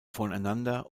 voneinander